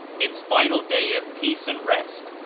its final day of peace and rest,